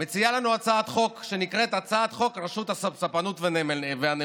מציעה לנו הצעת חוק שנקראת הצעת חוק רשות הספנות והנמלים.